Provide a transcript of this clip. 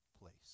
place